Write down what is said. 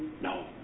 No